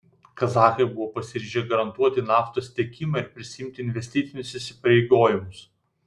kazachai buvo pasiryžę garantuoti naftos tiekimą ir prisiimti investicinius įsipareigojimus